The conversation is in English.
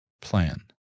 plan